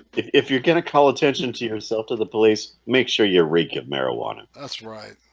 if if you're gonna call attention to yourself to the police make sure you reek of marijuana, that's right